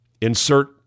insert